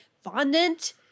Fondant